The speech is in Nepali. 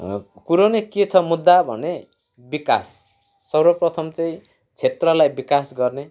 कुरो नै के छ मुद्दा भने विकास सर्वप्रथम चाहिँ क्षेत्रलाई विकास गर्ने